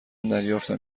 دریافتم